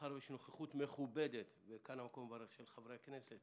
יש פה נוכחות מכובדת של חברי הכנסת